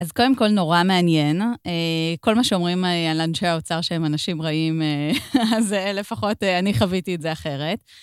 אז קודם כול, נורא מעניין. כל מה שאומרים על אנשי האוצר שהם אנשים רעים, אז לפחות אני חוויתי את זה אחרת.